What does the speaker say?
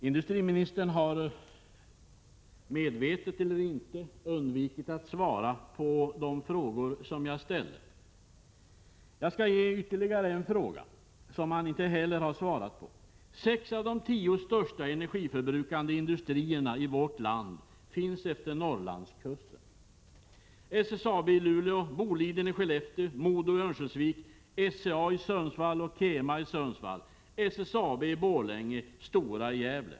Herr talman! Industriministern har medvetet eller omedvetet undvikit att svara på de frågor som jag ställde. Jag skall nämna ytterligare en fråga som han inte heller har svarat på. Sex av de tio största energiförbrukande industrierna i vårt land finns längs Norrlandskusten: SSAB i Luleå, Boliden i Skellefteå, MoDo i Örnsköldsvik, SCA och Kema i Sundsvall, SSAB i Borlänge och Stora i Gävle.